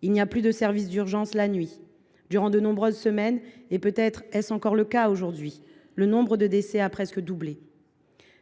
Il n’y a plus eu de services d’urgences de nuit durant de nombreuses semaines, et peut être est ce encore le cas aujourd’hui. Le nombre de décès a presque doublé.